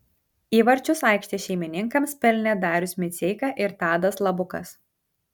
įvarčius aikštės šeimininkams pelnė darius miceika ir tadas labukas